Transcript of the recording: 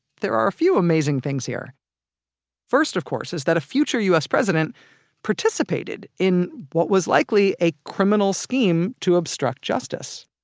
there are a few amazing things here first, of course, is that a future u s. president participated in what was likely a criminal scheme to obstruct justice